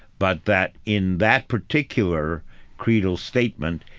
but that, in that particular creedal statement,